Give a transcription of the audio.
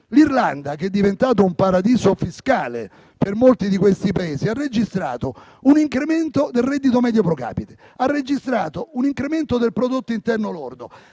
l'Irlanda, che è diventata un paradiso fiscale per molti di questi Paesi, ha registrato un incremento del reddito medio *pro capite* e del prodotto interno lordo.